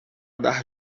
dar